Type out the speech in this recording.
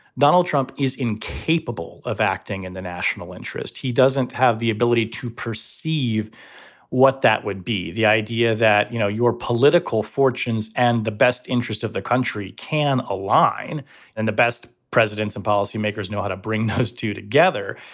donald trump is incapable of acting in and the national interest. he doesn't have the ability to perceive what that would be. the idea that, you know, your political fortunes and the best interest of the country can align and the best presidents and policymakers policymakers know how to bring those two together.